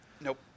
Nope